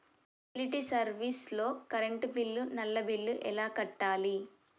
Utility service లో current bill, నల్లా bill ఎలా కట్టాలి?